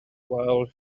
while